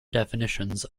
definitions